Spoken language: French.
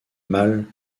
mâle